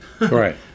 Right